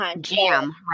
Jam